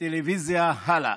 בערוץ הלא.